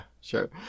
sure